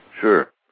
Sure